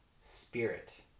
spirit